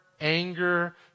anger